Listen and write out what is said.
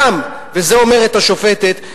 גם" וזה אומרת השופטת,